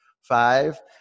Five